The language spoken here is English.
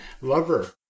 lover